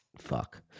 Fuck